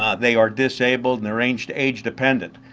um they are disabled and range age dependent.